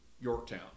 Yorktown